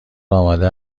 آماده